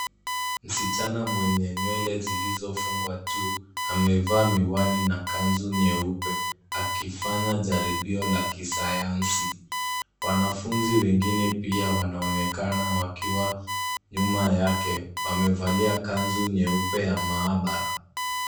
Msichana mwenye nywele zilizofungwa juu amevaa miwani na kanzu nyeupe akifanya jaribio la kisayansi. Wanafunzi wengine pia wanaonekana wakiwa nyuma yake wamevalia kanzu nyeupe ya maabara.